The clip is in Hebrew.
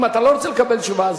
אם אתה לא רוצה לקבל תשובה,